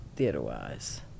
theater-wise